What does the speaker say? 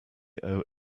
owe